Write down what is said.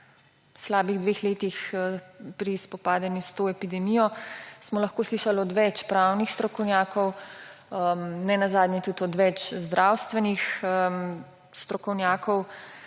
slabih dveh letih pri spopadanju s to epidemijo smo lahko slišali od več pravnih strokovnjakov, nenazadnje tudi od več zdravstvenih strokovnjakov,